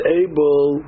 able